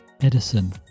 Edison